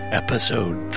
episode